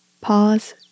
pause